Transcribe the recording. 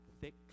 thick